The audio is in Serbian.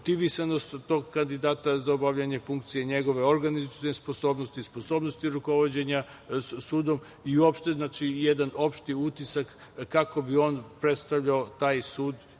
motivisanost tog kandidata za obavljanje funkcije, njegove organizacione sposobnosti, sposobnosti rukovođenja sudom i jedan opšti utisak kako bi on predstavljao taj sud